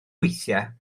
weithiau